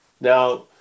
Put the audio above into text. now